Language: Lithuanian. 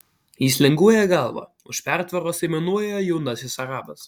jis linguoja galva už pertvaros aimanuoja jaunasis arabas